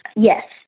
yes.